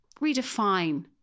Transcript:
redefine